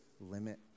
limit